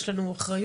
יש לנו אחריות